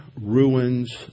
ruins